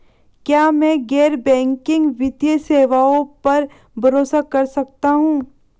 क्या मैं गैर बैंकिंग वित्तीय सेवाओं पर भरोसा कर सकता हूं?